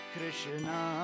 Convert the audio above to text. Krishna